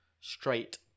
straight